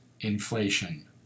inflation